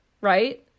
right